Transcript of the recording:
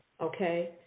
okay